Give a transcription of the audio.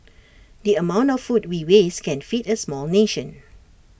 the amount of food we waste can feed A small nation